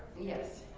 yes.